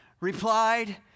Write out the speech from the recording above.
replied